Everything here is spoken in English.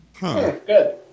Good